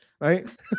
right